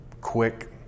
quick